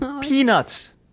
Peanuts